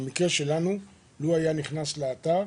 במקרה שלנו, לא היה נכנס לאתר,